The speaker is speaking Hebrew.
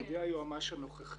על ידי היועץ המשפטי הנוכחי.